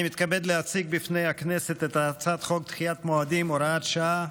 אני מתכבד להציג בפני הכנסת את הצעת חוק דחיית מועדים (הוראת שעה,